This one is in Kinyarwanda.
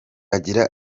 agira